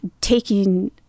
taking